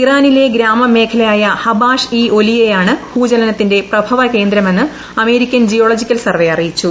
ഇറാനിലെ ഗ്രാമ മേഖലയായ ഹബാഷ് ഇ ഒലിയയാണ് ഭൂചലനത്തിന്റെ പ്രഭവ കേന്ദ്രമെന്ന് അമേരിക്കൻ ജിയോളജിക്കൽ സർവ്വേ അറിയിച്ചു